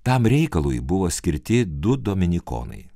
tam reikalui buvo skirti du dominikonai